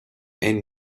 and